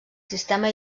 sistema